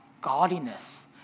godliness